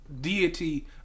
deity